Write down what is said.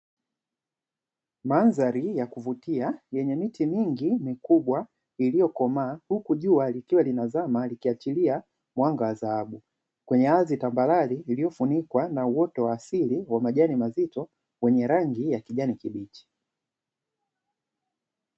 Madhali ya kuvutia yenye miti mingi mikubwa, iliyokomaa huku jua likiwa linazama likiachilia mwanga wa dhahabu, kwenye ardhi tambarare iliyofunikwa na uoto wa asili wa majani mazito, wenye rangi ya kijani kibichi.